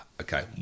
Okay